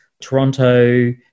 Toronto